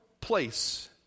place